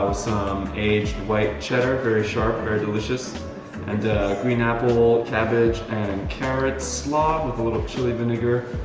some aged white cheddar, very sharp, very delicious and green apple cabbage and and carrots logged with a little chili vinegar.